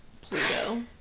Pluto